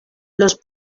los